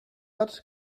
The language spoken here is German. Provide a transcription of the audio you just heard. hat